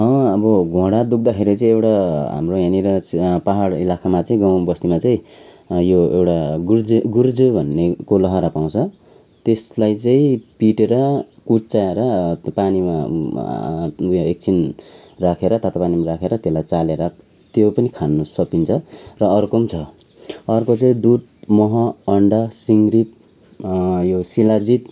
अँ अब घुँडा दुख्दाखेरि चाहिँ एउटा हाम्रो यहाँनिर पहाड इलाकामा चाहिँ गाँउ बस्तीमा चाहिँ यो एउटा गुर्जे गुर्जो भन्नेको लहरा पाउँछ त्यसलाई चाहिँ पिटेर कुच्चाएर पानीमा उयो एकछिन राखेर तातो पानीमा राखेर त्यसलाई चालेर त्यो पनि खानु सकिन्छ र अर्को पनि छ अर्को चाहिँ दुध मह अन्डा सिङरिप यो शिलाजित